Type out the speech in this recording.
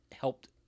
helped